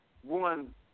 one